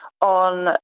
on